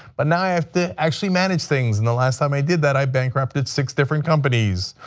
but and i i have to actually manage things in the last time i did that i bankrupted six different companies.